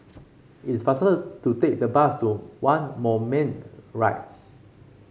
it's faster to take the bus to One Moulmein Rise